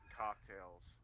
cocktails